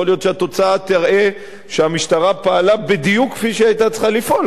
יכול להיות שהתוצאה תראה שהמשטרה פעלה בדיוק כפי שהיא היתה צריכה לפעול,